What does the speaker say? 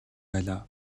байлаа